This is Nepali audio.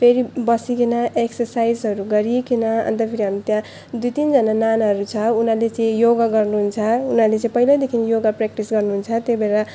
फेरि बसिकन एक्सर्साइजहरू गरिकन अन्त फेरि हामी त्यहाँ दुई तिनजना नानाहरू छ उनीहरूले चाहिँ योगा गर्नुहुन्छ उनीहरूले चाहिँ पहिल्यैदेखिन् योगा प्र्याक्टिस गर्नुहुन्छ त्यही भएर